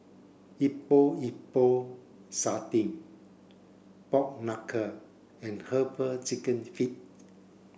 Epok Epok Sardin pork knuckle and herbal chicken feet